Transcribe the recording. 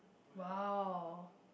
!wow!